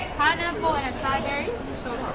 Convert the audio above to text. pineapple and sideberries so